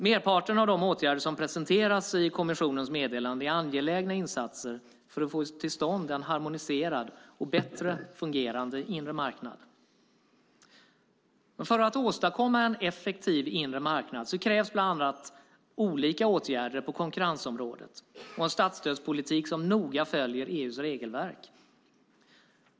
Merparten av de åtgärder som presenteras i kommissionens meddelande är angelägna insatser för att få till stånd en harmoniserad och bättre fungerande inre marknad. För att åstadkomma en effektiv inre marknad krävs bland annat olika åtgärder på konkurrensområdet och en statsstödspolitik som noga följer EU:s regelverk.